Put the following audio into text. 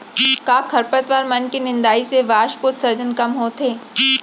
का खरपतवार मन के निंदाई से वाष्पोत्सर्जन कम होथे?